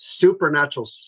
supernatural